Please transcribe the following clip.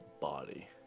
body